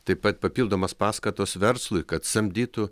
taip pat papildomos paskatos verslui kad samdytų